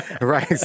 Right